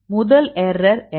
முதல் எர்ரர் என்ன